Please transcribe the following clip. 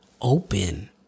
open